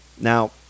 Now